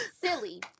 Silly